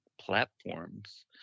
platforms